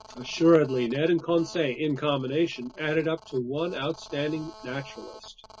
assuredly, ned and conseil in combination added up to one outstanding naturalist.